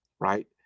Right